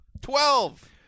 Twelve